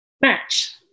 match